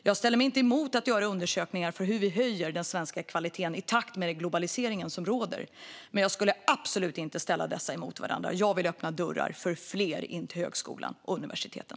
Jag ställer mig inte emot att göra undersökningar av hur vi höjer den svenska kvaliteten i takt med den globalisering som sker, men jag skulle absolut inte ställa dessa saker emot varandra. Jag vill öppna dörrar för fler in till högskolan och universiteten.